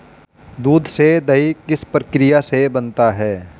दूध से दही किस प्रक्रिया से बनता है?